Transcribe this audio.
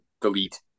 Delete